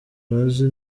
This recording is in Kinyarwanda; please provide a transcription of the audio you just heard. bazi